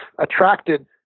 attracted